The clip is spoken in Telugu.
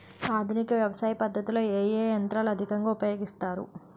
ఆధునిక వ్యవసయ పద్ధతిలో ఏ ఏ యంత్రాలు అధికంగా ఉపయోగిస్తారు?